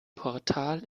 portal